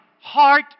heart